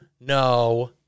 no